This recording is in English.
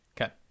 okay